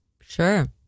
sure